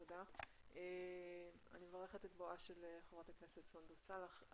אני מברכת את בואה של חברת הכנסת סונדוס סאלח.